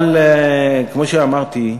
אבל, כמו שאמרתי,